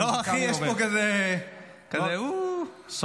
לא, אחי, יש פה כזה או, האוזן המוזיקלית עובדת.